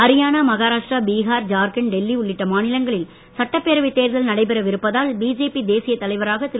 ஹரியானா மகாராஷ்டிரா பீகார் ஜார்க்கண்ட் டெல்லி உள்ளிட்ட மாநிலங்களில் சட்டப்பேரவைத் தேர்தல் நடைபெற இருப்பதால் பிஜேபி தேசிய தலைவராக திரு